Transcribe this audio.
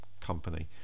Company